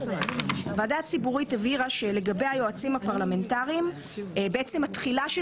הוועדה הציבורית הבהירה שלגבי היועצים הפרלמנטריים התחילה של